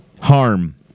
harm